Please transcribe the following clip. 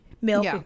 milk